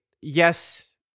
yes